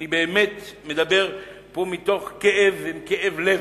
אני באמת מדבר פה מתוך כאב, כאב לב.